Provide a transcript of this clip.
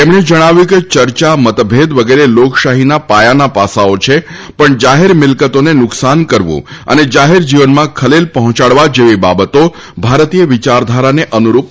તેમણે જણાવ્યું હતું કે ચર્ચા મતભેદ વગેરે લોકશાહીના પાયાના પાસાઓ છે પણ જાહેર મીલકતોને નુકસાન કરવું અને જાહેર જીવનમાં ખલેલ પર્હોચાડવા જેવી બાબતો ભારતીય વિચારધારાને અનુરુપ નથી